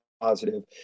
positive